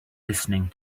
listening